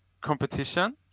competition